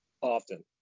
often